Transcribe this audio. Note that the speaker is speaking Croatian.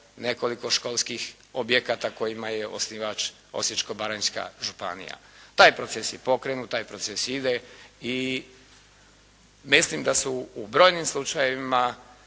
nekoliko školskih objekata kojima je osnivač Osječko-baranjska županije. Taj proces je pokrenut, taj proces ide i mislim da su u brojnim slučajevima,